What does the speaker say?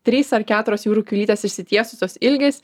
trys ar keturios jūrų kiaulytės išsitiesusios ilgis